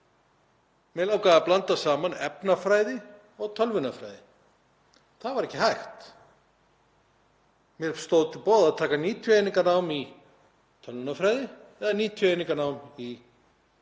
Mig langaði að blanda saman efnafræði og tölvunarfræði. Það var ekki hægt. Mér stóð til boða að taka 90 eininga nám í tölvunarfræði eða 90 eininga nám í efnafræði.